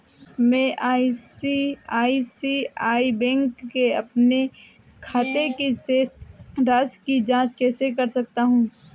मैं ICICI bank के अपने खाते की शेष राशि की जाँच कैसे कर सकता हूँ?